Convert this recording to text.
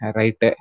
right